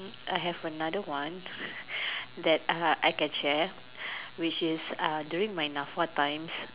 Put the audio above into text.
I have another one that I can share which is during my NAFA time